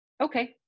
okay